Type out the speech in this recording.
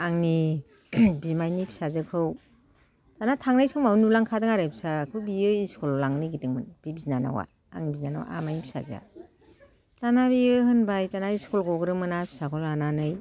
आंनि बिमाइनि फिसाजोखौ दाना थांनाय समाव नुलांखादों आरो फिसाखौ बियो इस्कुलाव लांनो नागिरदोंमोन बे बिनानावा आंनि बिनानावा आमाइनि फिसाजोआ दाना बेयो होनबाय दाना इस्कल गग्रो मोना फिसाखौ लानानै